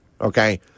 Okay